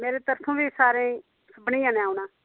मेरे तत्थों बी सारे सभनीं जनें औना